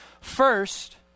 First